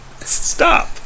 Stop